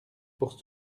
pour